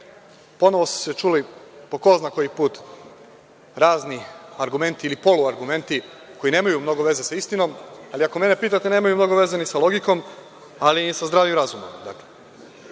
Ponovo su se čuli, po ko zna koji put, razni argumenti ili poluargumenti koji nemaju mnogo veze sa istinom, ali ako mene pitate, nemaju mnogo veze ni sa logikom, a ni sa zdravim razumom. Najviše